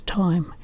time